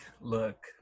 look